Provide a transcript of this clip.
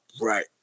Right